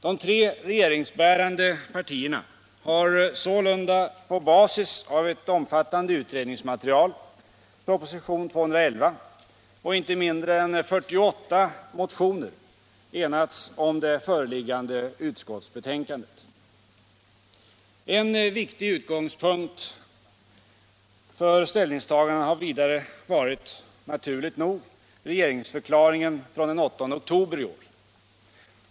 De tre regeringsbärande partierna har sålunda på basis av ett omfattande utredningsmaterial, propositionen 211 och inte mindre än 48 motioner, enats om det föreliggande utskottsbetänkandet. En viktig utgångspunkt för ställningstagandena har vidare varit regeringsförklaringen från den 8 oktober i år.